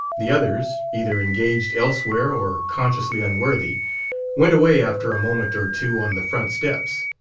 the others either engaged elsewhere or consciously unworthy went away after a moment or two on the front steps.